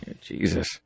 Jesus